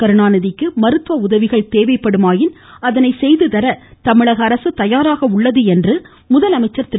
கருணாநிதிக்கு மருத்துவ உதவிகள் தேவைப்படுமாயின் அதனை செய்து தர தமிழக அரசு தயாராக உள்ளது என்று முதலமைச்சர் திரு